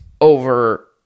Over